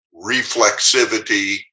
reflexivity